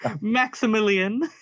Maximilian